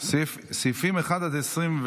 סעיפים 1 24,